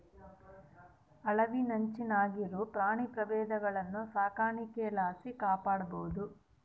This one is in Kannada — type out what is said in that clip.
ಅಳಿವಿನಂಚಿನಾಗಿರೋ ಪ್ರಾಣಿ ಪ್ರಭೇದಗುಳ್ನ ಸಾಕಾಣಿಕೆ ಲಾಸಿ ಕಾಪಾಡ್ಬೋದು